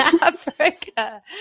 Africa